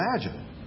imagine